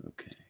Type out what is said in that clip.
Okay